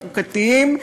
החוקתיים,